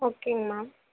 ஓகேங்க மேம்